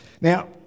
Now